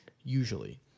usually